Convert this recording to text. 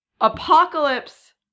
Apocalypse